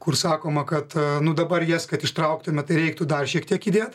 kur sakoma kad nu dabar jas kad ištrauktume tai reiktų dar šiek tiek įdėti